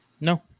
No